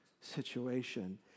situation